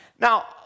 Now